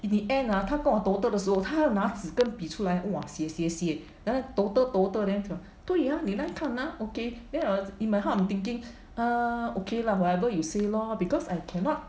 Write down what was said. in the end ah 他跟我 total 的时候他要拿纸跟笔出来 !wah! 写写写 then 他 total total then 他讲对啊你看啊 okay then ah in my heart I'm thinking err okay lah whatever you say lor because I cannot